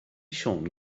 siôn